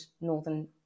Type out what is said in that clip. Northern